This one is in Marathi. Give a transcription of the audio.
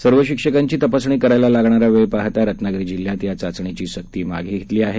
सर्व शिक्षकांची तपासणी करायला लागणारा वेळ पाहाता रत्नागिरी जिल्ह्यात या चाचणीची सक्ती मागे घेण्यात आली आहे